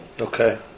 Okay